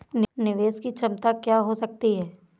निवेश की क्षमता क्या हो सकती है?